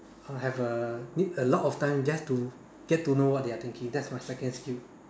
uh have uh need a lot time just to get to know what they are thinking that's my second skill